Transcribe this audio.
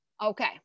Okay